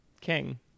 King